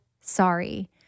sorry